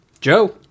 Joe